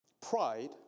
Pride